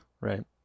right